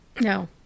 no